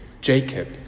Jacob